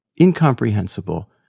incomprehensible